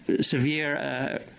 severe